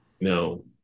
no